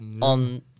on